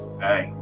hey